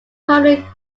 primarily